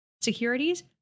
Securities